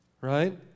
Right